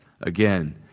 Again